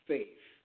Faith